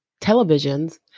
televisions